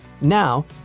Now